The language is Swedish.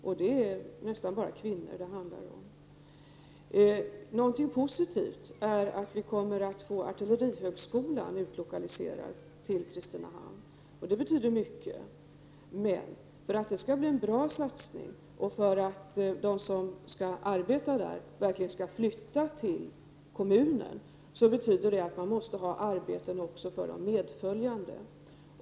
Och det är nästan bara kvinnor det handlar om. Positivt är att Artillerihögskolan kommer att utlokaliseras till Kristinehamn. Det betyder mycket, men för att det skall bli en bra satsning och för att de som skall arbeta där verkligen skall flytta till kommunen måste det finnas arbeten även för de medföljande.